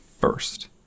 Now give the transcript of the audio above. first